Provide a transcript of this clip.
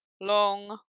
long